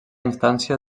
instància